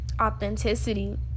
authenticity